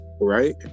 right